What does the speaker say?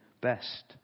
best